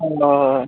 ᱦᱳᱭ